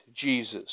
Jesus